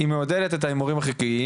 היא מעודדת את ההימורים החוקיים,